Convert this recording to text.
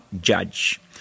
judge